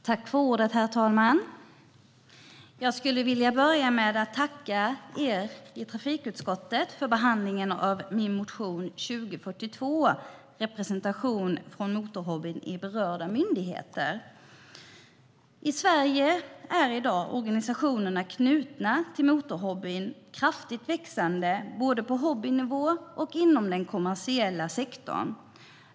Herr talman! Jag skulle vilja börja med att tacka er i trafikutskottet för behandlingen av min motion 2015/16:2042 Representation från motorhobbyn i berörda myndigheter . I Sverige är i dag organisationerna som är knutna till motorhobbyn kraftigt växande både på hobbynivå och inom den kommersiella sektorn.